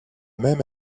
même